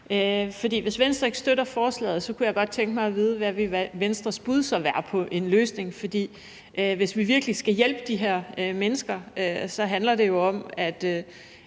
hvis Venstre ikke støtter forslaget, kunne jeg godt tænke mig at vide, hvad Venstres bud på en løsning så ville være, for hvis vi virkelig skal hjælpe de her mennesker, handler det jo om, at